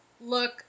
Look